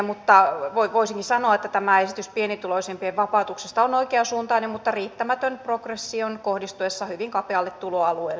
mutta voisinkin sanoa että tämä esitys pienituloisimpien vapautuksesta on oikeansuuntainen mutta riittämätön progression kohdistuessa hyvin kapealle tuloalueelle